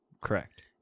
Correct